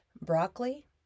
broccoli